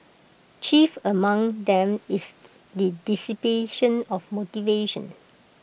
chief among them is the dissipation of motivation